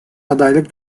adaylık